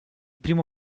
primo